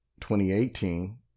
2018